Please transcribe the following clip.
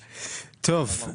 שלום,